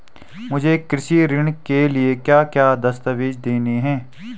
मुझे कृषि ऋण के लिए क्या क्या दस्तावेज़ देने हैं?